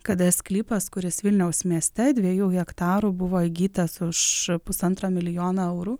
kada sklypas kuris vilniaus mieste dviejų hektarų buvo įgytas už pusantro milijono eurų